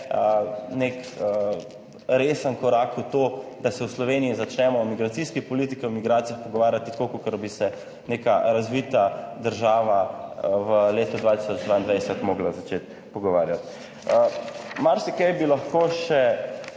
nek resen korak v to, da se v Sloveniji začnemo o migracijski politiki, o migracijah pogovarjati tako kakor bi se neka razvita država v letu 2022 morala začeti pogovarjati. Marsikaj bi lahko še